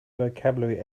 vocabulary